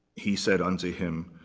he said unto him,